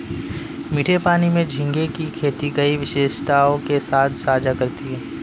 मीठे पानी में झींगे की खेती कई विशेषताओं के साथ साझा करती है